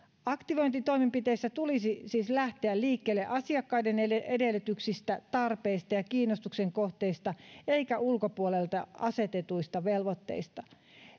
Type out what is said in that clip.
aktivointitoimenpiteissä tulisi siis lähteä liikkeelle asiakkaiden edellytyksistä tarpeista ja kiinnostuksen kohteista eikä ulkopuolelta asetetuista velvoitteista